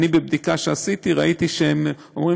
אני בבדיקה שעשיתי ראיתי שהם אומרים